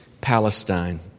Palestine